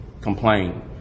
complain